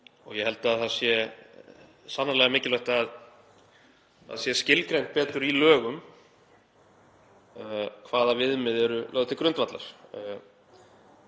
Ég held að það sé sannarlega mikilvægt að það sé skilgreint betur í lögum hvaða viðmið eru lögð til grundvallar,